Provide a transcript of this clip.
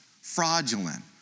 fraudulent